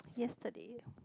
yesterday